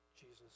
Jesus